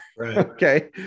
Okay